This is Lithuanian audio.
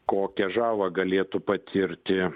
kokią žalą galėtų patirti